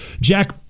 Jack